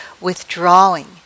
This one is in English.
withdrawing